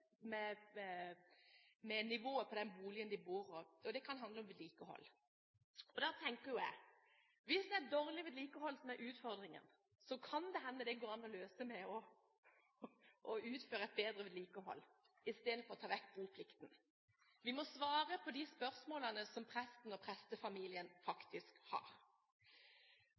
nivået på den boligen de bor i. Det kan handle om vedlikehold. Da tenker jeg: Hvis det er dårlig vedlikehold som er utfordringen, kan det hende at det går an å løse dette ved å utføre et bedre vedlikehold i stedet for å ta vekk boplikten. Vi må svare på de spørsmålene som presten og prestefamilien faktisk har.